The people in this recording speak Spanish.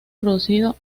producido